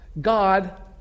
God